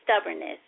Stubbornness